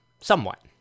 somewhat